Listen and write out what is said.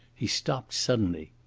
he stooped suddenly.